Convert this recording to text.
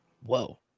Whoa